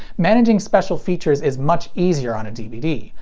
managing special features is much easier on a dvd.